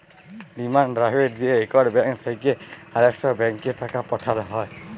demand draft দিঁয়ে ইকট bank থ্যাইকে আরেকট ব্যাংকে টাকা পাঠাল হ্যয়